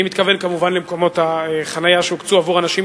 אני מתכוון כמובן למקומות החנייה שהוקצו עבור אנשים